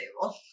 table